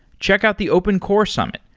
check out the open core summit,